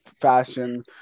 fashion